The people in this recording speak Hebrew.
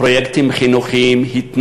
פרויקטים חינוכיים, התנדבות,